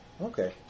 Okay